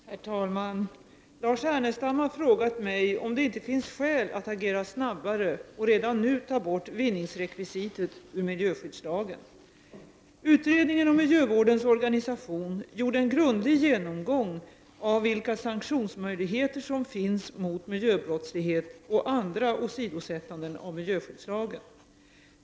Herr talman! Lars Ernestam har frågat mig om det inte finns skäl att agera snabbare och redan nu ta bort vinningsrekvisitet ur miljöskyddslagen. Utredningen om miljövårdens organisation gjorde en grundlig genomgång av vilka sanktionsmöjligheter som finns mot miljöbrottslighet och andra åsidosättanden av miljöskyddslagen.